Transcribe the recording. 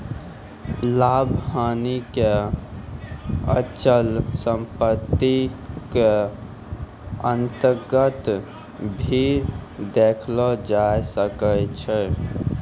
लाभ हानि क अचल सम्पत्ति क अन्तर्गत भी देखलो जाय सकै छै